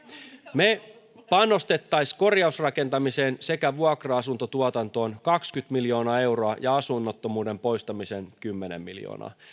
me panostaisimme korjausrakentamiseen sekä vuokra asuntotuotantoon kaksikymmentä miljoonaa euroa ja asunnottomuuden poistamiseen kymmenen miljoonaa